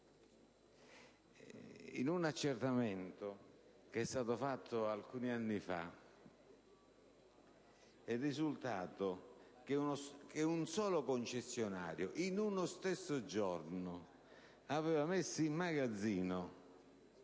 in un accertamento fatto alcuni anni fa è risultato che un solo concessionario, in uno stesso giorno, aveva messo in magazzino